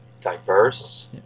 diverse